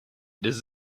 does